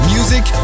Music